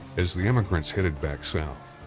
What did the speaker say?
as the emigrants headed back south,